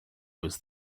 was